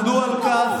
עמדו על כך,